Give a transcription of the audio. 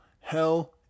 hell